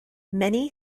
many